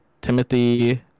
Timothy